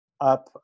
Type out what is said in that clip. up